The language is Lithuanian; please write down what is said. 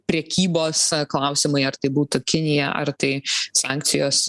prekybos klausimai ar tai būtų kinija ar tai sankcijos